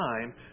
time